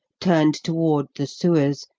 turned toward the sewers,